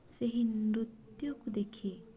ସେହି ନୃତ୍ୟକୁ ଦେଖି